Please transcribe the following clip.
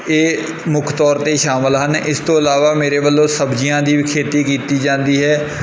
ਇਹ ਮੁੱਖ ਤੌਰ 'ਤੇ ਸ਼ਾਮਿਲ ਹਨ ਇਸ ਤੋਂ ਇਲਾਵਾ ਮੇਰੇ ਵੱਲੋਂ ਸਬਜ਼ੀਆਂ ਦੀ ਵੀ ਖੇਤੀ ਕੀਤੀ ਜਾਂਦੀ ਹੈ